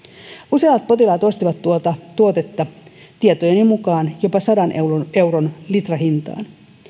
useat potilaat ostivat tuota tuotetta tietojeni mukaan jopa sadan euron litrahintaan